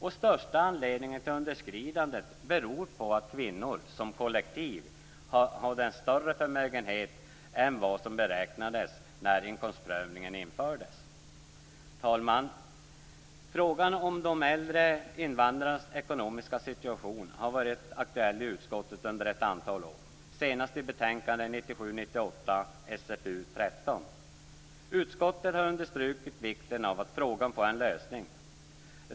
Den största anledningen till underskridandet är att kvinnor som kollektiv hade större förmögenhet än vad som beräknades när inkomstprövningen infördes. Herr talman! Frågan om de äldre invandrarnas ekonomiska situation har varit aktuell i utskottet under ett antal år, senast i betänkandet 1997/98:SfU13. Utskottet har understrukit vikten av att frågan får en lösning.